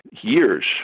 years